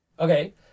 Okay